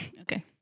Okay